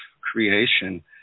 creation